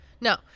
No